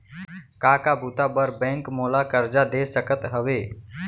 का का बुता बर बैंक मोला करजा दे सकत हवे?